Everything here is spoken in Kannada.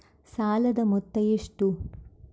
ಸಾಲದ ಮೊತ್ತ ಎಷ್ಟು?